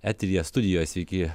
eteryje studijoje sveiki